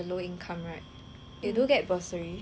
you do get bursary but then